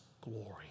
glory